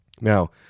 Now